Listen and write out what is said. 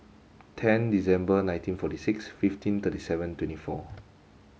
tenth December nineteen forty six fifteen thirty seven twenty four